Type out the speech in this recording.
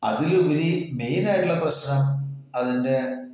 അതിലുപരി മെയിനായിട്ടുള്ള പ്രശ്നം അതിൻ്റെ